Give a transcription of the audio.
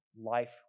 life